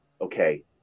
okay